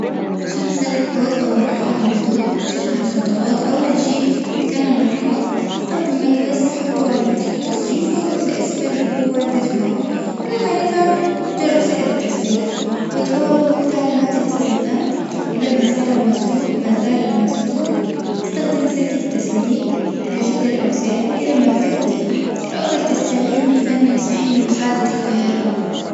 عشان تسلك حوض أو مرحاض مسدود جرب هالخطوات أول شيء إذا كان المرحاض استخدم مكبس تحطه على فتحة التصريف واضغط لأسفل بقوة عدة مرات. إذا ما نفع جرب سائل التسليك. وأتبعوا تعليمات الأستخدام. إذا ما زال المجزوء-ما زال المسدود. أستخدمي سلك التسليك بيجيب الاوساخ وإذا ما قدرت الأفضل تستعين بفني صحي لمساعدتك في هاي الأمر.